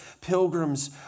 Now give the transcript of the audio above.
pilgrims